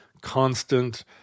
constant